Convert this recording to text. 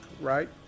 right